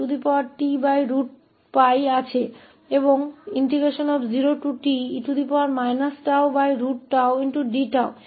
और 0te 𝜏𝜏 d𝜏 वह यहाँ शेष भाग है